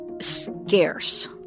scarce